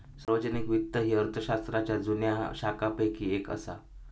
सार्वजनिक वित्त ही अर्थशास्त्राच्या जुन्या शाखांपैकी येक असा